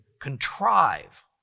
contrive